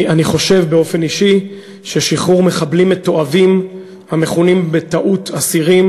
אני חושב באופן אישי ששחרור מחבלים מתועבים המכונים בטעות אסירים